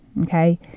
okay